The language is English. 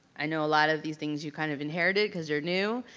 i know a lot of these things you kind of inherited because you're new,